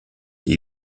des